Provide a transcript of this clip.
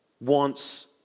wants